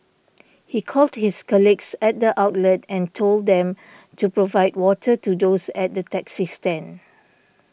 he called his colleagues at the outlet and told them to provide water to those at the taxi stand